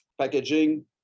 packaging